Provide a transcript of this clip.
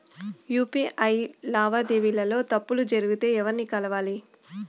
UPI లావాదేవీల లో తప్పులు జరిగితే ఎవర్ని కలవాలి?